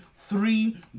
three